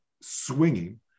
swinging